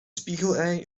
spiegelei